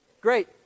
Great